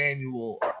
manual